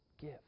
Give